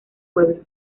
pueblo